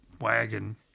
wagon